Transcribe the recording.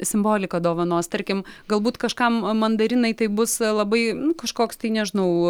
simbolika dovanos tarkim galbūt kažkam mandarinai tai bus labai kažkoks tai nežinau